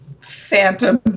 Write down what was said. phantom